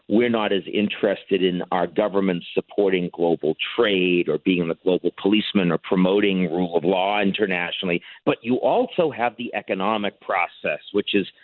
we're not as interested in our government supporting global trade or being the global policemen or promoting rule of law internationally. but you also have the economic process, which is,